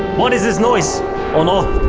what is this noise on um